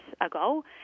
ago